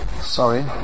sorry